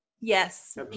Yes